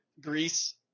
Greece